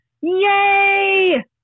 Yay